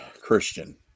Christian